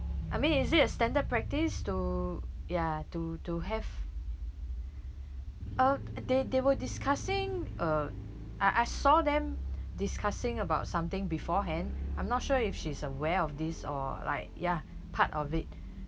I mean is it a standard practice to ya to to have oh they they were discussing uh I I saw them discussing about something beforehand I'm not sure if she's aware of this or like ya part of it